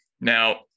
Now